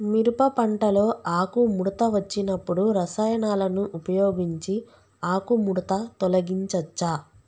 మిరప పంటలో ఆకుముడత వచ్చినప్పుడు రసాయనాలను ఉపయోగించి ఆకుముడత తొలగించచ్చా?